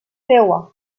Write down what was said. teva